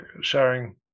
sharing